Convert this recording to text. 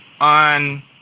on